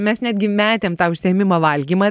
mes netgi metėm tą užsiėmimą valgymą